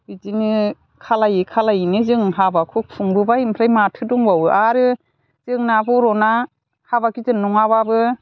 बिदिनो खालामै खालामैनो जों हाबाखौ खुंबोबाय ओमफ्राय माथो दंबावो आरो जोंना बर'ना हाबा गिदिर नङाब्लाबो